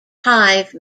hive